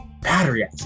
Battery